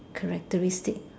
characteristic